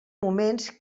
moments